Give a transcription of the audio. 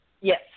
Yes